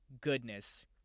goodness